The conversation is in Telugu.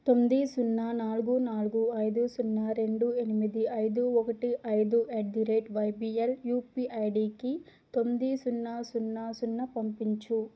తొమ్మిది సున్నా నాలుగు నాలుగు ఐదు సున్నా రెండు ఎనిమిది ఐదు ఒకటి ఐదు at the rate YBL UPI ఐడికి తొమ్మిది సున్నా సున్నా సున్నా పంపించుము